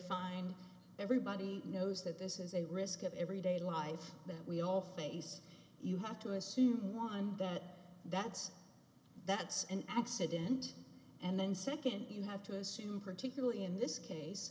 find everybody knows that this is a risk of everyday life that we all face you have to assume one that that's that's an accident and then second you have to assume particularly in this case